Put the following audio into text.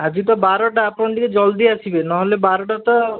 ଆଜି ତ ବାରଟା ଆପଣ ଟିକେ ଜଲ୍ଦି ଆସିବେ ନହେଲେ ବାରଟା ତ